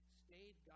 stayed